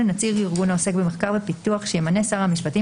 נציג ארגון העוסק במחקר ופיתוח שימנה שר המשפטים